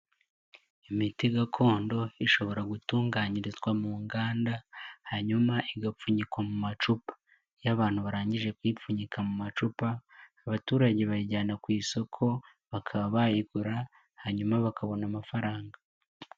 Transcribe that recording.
Imiti gakondo ishobora gutunganyirizwa mu nganda, hanyuma igapfunyikwa mu macupa. Iyo abantu barangije kuyipfunyika mu macupa, abaturage bayijyana ku isoko, bakaba bayigura, hanyuma bakabona amafaranga.